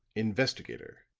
investigator,